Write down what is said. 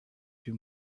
too